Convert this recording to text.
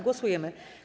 Głosujemy.